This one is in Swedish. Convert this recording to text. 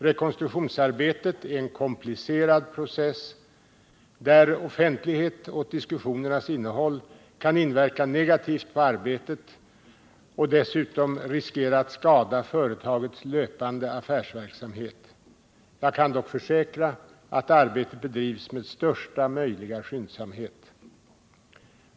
Rekonstruktionsarbetet är en komplicerad process där offentlighet åt diskussionernas innehåll kan inverka negativt på arbetet och dessutom riskera att skada företagets löpande affärsverksamhet. Jag kan dock försäkra att arbetet bedrivs med största möjliga skyndsamhet.